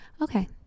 Okay